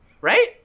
Right